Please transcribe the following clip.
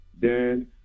Dan